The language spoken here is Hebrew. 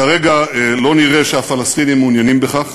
כרגע לא נראה שהפלסטינים מעוניינים בכך.